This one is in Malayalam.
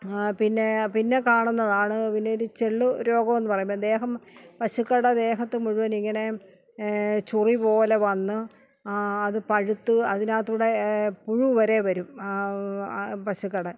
പിന്നെ പിന്നെ കാണുന്നതാണ് പിന്നെ ഒരു ചെള്ള് രോഗമെന്ന് പറയുമ്പം ദേഹം പശുക്കളുടെ ദേഹത്ത് മുഴുവനിങ്ങനെ ചൊറി പോലെ വന്ന് അത് പഴുത്ത് അതിനകത്തൂടെ പുഴു വരെ വരും ആ പശുക്കളുടെ